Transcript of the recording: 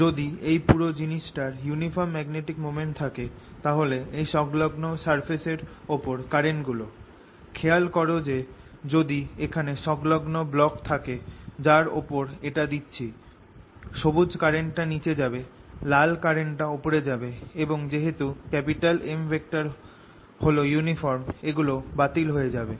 যদি এই পুরো জিনিসটার ইউনিফর্ম ম্যাগনেটিক মোমেন্ট থাকে তাহলে এই সংলগ্ন সারফেস এর ওপর কারেন্ট গুলো খেয়াল কর যে যদি এখানে সংলগ্ন ব্লক থাকে যার ওপর এটা দিচ্ছি সবুজ কারেন্ট টা নিচে যাবে লাল কারেন্ট টা ওপরে যাবে এবং যেহেতু M হল ইউনিফর্ম এগুলো বাতিল হয়ে যাবে